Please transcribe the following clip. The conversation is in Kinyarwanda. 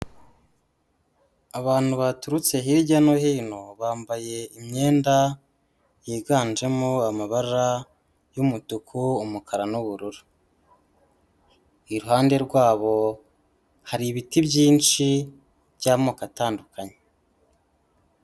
Abantu baturutse hirya no hino, bambaye imyenda yiganjemo amabara y'umutuku, umukara n'ubururu, iruhande rwabo hari ibiti byinshi by'amoko atandukanye.